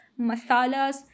masalas